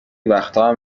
وقتام